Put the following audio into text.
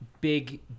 Big